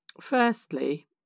firstly